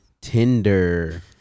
Tinder